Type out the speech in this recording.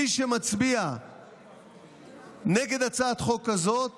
מי שמצביע נגד הצעת החוק הזאת